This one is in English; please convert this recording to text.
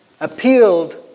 appealed